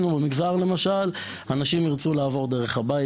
במגזר החרדי אנשים ירצו שהנפטר יעבור במסעו האחרון דרך הבית,